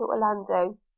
orlando